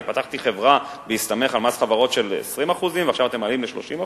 אני פתחתי חברה בהסתמך על מס חברות של 20% ועכשיו אתם מעלים ל-30%.